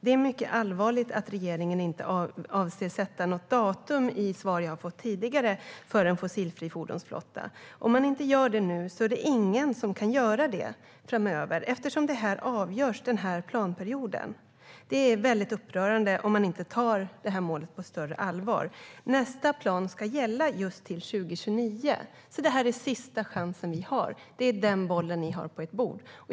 Det är mycket allvarligt att regeringen i svar som jag har fått tidigare säger att man inte avser att sätta något datum för en fossilfri fordonsflotta. Om man inte gör det nu är det ingen som kan göra det framöver eftersom detta avgörs under den här planperioden. Det är upprörande om man inte tar det målet på större allvar. Nästa plan ska gälla just till 2029, så detta är sista chansen vi har. Det är den bollen ni har på ert bord.